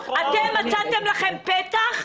אתם מצאתם לכם פתח.